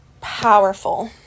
powerful